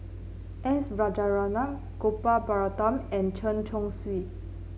S Rajaratnam Gopal Baratham and Chen Chong Swee